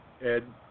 Ed